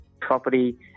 property